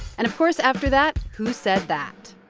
and of course, after that, who said that